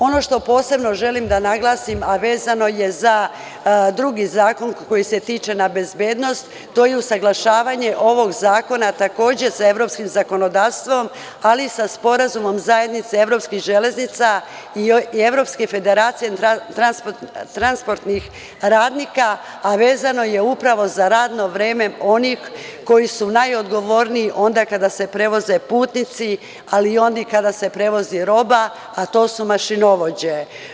Ono što posebno želim da naglasim, a vezano je za drugi zakon koji se tiče bezbednosti, to je usaglašavanje ovog zakona takođe sa evropskim zakonodavstvom, ali i sa sporazumom zajednice evropskih železnica i evropske federacije, transportnih radnika, a vezano je upravo za radno vreme onih koji su najodgovorniji onda kada se prevoze putnici, ali i onda kada se prevozi roba, a to su mašinovođe.